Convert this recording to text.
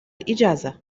إجازة